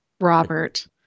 Robert